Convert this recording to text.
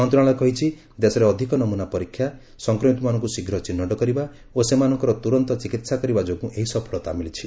ମନ୍ତ୍ରଣାଳୟ କହିଛି ଦେଶରେ ଅଧିକ ନମୁନା ପରୀକ୍ଷା ସଂକ୍ରମିତମାନଙ୍କୁ ଶୀଘ୍ର ଚିହ୍ନଟ କରିବା ଓ ସେମାନଙ୍କର ତୁରନ୍ତ ଚିକିହା କରିବା ଯୋଗୁଁ ଏହି ସଫଳତା ମିଳିଛି